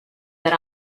that